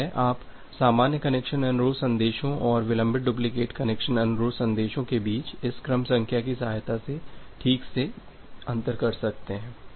इस तरह आप सामान्य कनेक्शन अनुरोध संदेशों और विलंबित डुप्लिकेट कनेक्शन अनुरोध संदेशों के बीच इस क्रम संख्या की सहायता से ठीक से अंतर कर सकते हैं